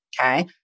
okay